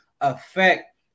affect